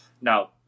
Now